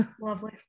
lovely